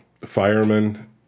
firemen